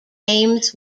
games